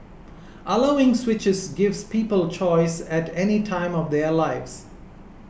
allowing switches gives people choice at any time of their lives